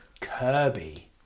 Kirby